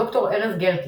ד"ר ארז גרטי,